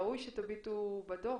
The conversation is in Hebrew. ראוי שתביטו בדוח